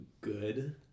good